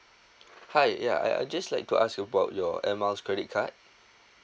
hi ya I I just like to ask you about your airmiles credit card